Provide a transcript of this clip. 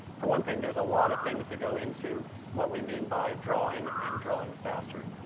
for one thing, there's a lot of things that go into what we mean by drawing and drawing faster.